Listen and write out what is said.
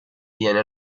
viene